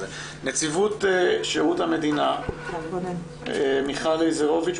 נציבות שירות המדינה מיכל לזרוביץ',